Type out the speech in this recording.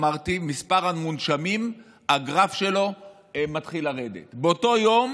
אמרתי שהגרף של מספר המונשמים מתחיל לרדת באותו היום